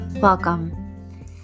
welcome